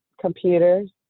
computers